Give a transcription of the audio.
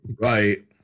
Right